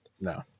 no